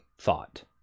thought